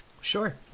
Sure